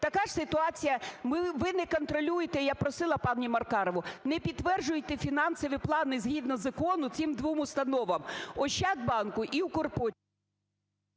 Така ситуація… ви не контролюєте, я просила паніМаркарову: не підтверджуйте фінансові плани згідно закону цим двом установам: "Ощадбанку" і "Укрпошті".